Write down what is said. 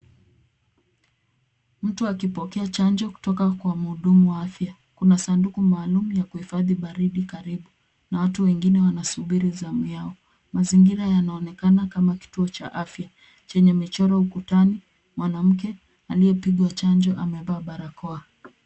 Mtu akipokea chanjo kutoka kwa mhudumu wa afya. Kuna sanduku maalum ya kuhifadhi baridi karibu na watu wengine wanasubiri zamu yao. Mazingira yanaonekana kama kituo cha afya chenye michoro ukutani. Mwanamke aliyepigwa chanjo amevaa barakoa.